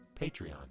Patreon